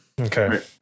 Okay